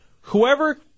Whoever